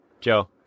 Joe